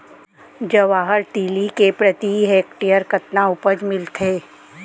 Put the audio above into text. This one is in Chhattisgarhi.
जवाहर तिलि के प्रति हेक्टेयर कतना उपज मिलथे?